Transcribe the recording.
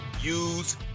use